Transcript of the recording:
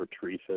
Teresa